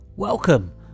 Welcome